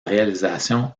réalisation